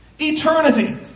eternity